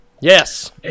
Yes